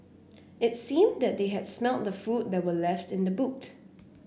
it seemed that they had smelt the food that were left in the boot